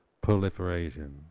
proliferation